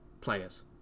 players